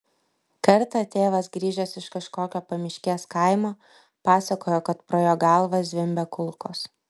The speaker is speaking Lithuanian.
kartą tėvas grįžęs iš kažkokio pamiškės kaimo pasakojo kad pro jo galvą zvimbė kulkos